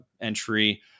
entry